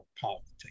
politics